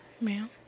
Ma'am